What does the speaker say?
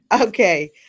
Okay